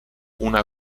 una